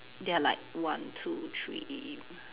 there are like one two three